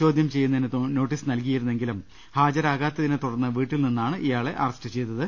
ചോദ്യം ചെയ്യുന്നതിന് നോട്ടീസ് നൽകിയിരുന്നെങ്കിലും ഹാജരാകാത്തതിനെ തുടർന്ന് വീട്ടിൽ നിന്നാണ് ഇയാളെ അറസ്റ്റു ചെയ്തത്